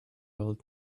old